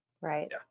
Right